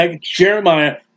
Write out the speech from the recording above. Jeremiah